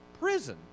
prison